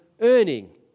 earning